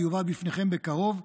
ויובא בפניכם בקרוב,